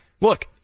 look